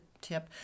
tip